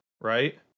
right